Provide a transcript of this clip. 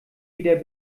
wieder